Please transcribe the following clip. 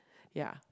ya